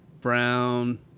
Brown